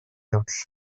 явдал